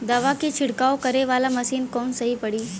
दवा के छिड़काव करे वाला मशीन कवन सही पड़ी?